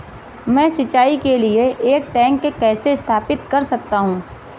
मैं सिंचाई के लिए एक टैंक कैसे स्थापित कर सकता हूँ?